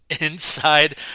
inside